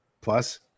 Plus